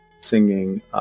singing